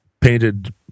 painted